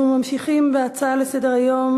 נעבור להצעה לסדר-היום